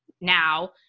now